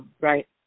Right